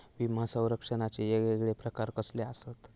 विमा सौरक्षणाचे येगयेगळे प्रकार कसले आसत?